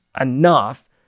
enough